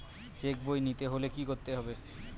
Check বই নিতে হলে কি করতে হবে?